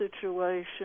situation